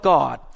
God